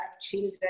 children